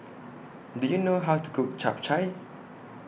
Do YOU know How to Cook Chap Chai